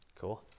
Cool